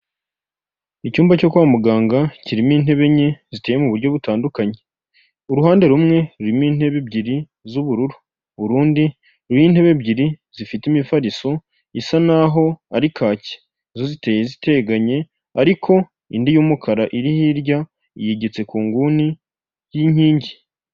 Icyumba cyo kwa muganga kirimo intebeenye ziteye mu buryo butandukanye, uruhande rumwe rurimo intebe ebyiri z'ubururu, urundi ruriho intebe ebyiri zifite imifariso isa n'aho ari kake, zo ziteye ziteganye ariko indi y'umukara iri hirya yegetse ku nguni y'inkingi.